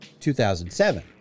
2007